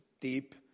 deep